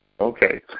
Okay